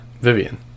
Vivian